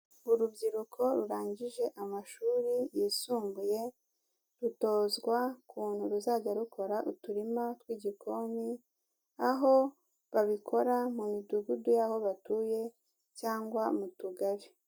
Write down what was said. Urubyiruko rurangije amashuri yisumbuye rutozwa ukuntu ruzajya rukora uturima tw'igikoni, aho babikora mu midugudu y'aho batuye cyangwa mu tugari.